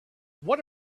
what